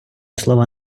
слова